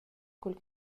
cul